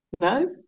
no